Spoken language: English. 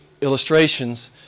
illustrations